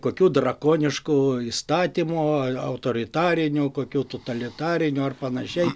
kokių drakoniškų įstatymų ar autoritarinių kokių totalitarinių ar panašiai